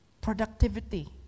Productivity